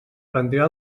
prendrà